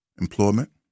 employment